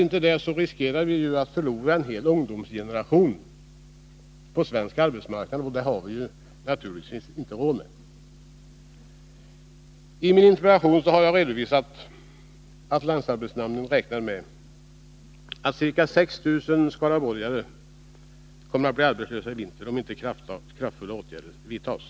Annars riskerar vi att förlora en hel ungdomsgeneration på svensk arbetsmarknad, och det har vi naturligtvis inte råd med. I min interpellation har jag redovisat att länsarbetsnämnden räknar med att ca 6 000 skaraborgare kommer att bli arbetslösa i vinter, om inte kraftfulla åtgärder vidtas.